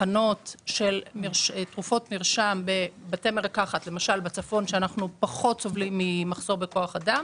הכנת תרופות המרשם בבתי מרקחת שפחות סובלים ממחסור בכוח אדם